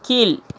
கீழ்